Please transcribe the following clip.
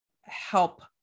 help